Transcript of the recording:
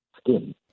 skin